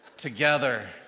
together